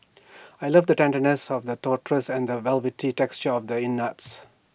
I love the tenderness of the trotters and the velvety texture of the innards